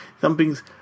something's